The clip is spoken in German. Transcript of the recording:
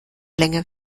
länger